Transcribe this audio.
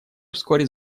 вскоре